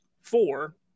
four